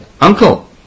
uncle